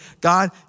God